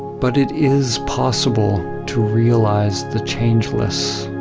but it is possible to realize the changeless.